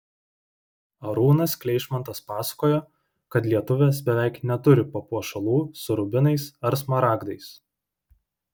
arūnas kleišmantas pasakojo kad lietuvės beveik neturi papuošalų su rubinais ar smaragdais